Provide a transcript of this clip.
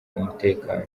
umutekano